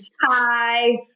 Hi